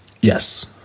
Yes